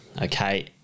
okay